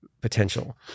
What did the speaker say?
potential